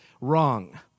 wrong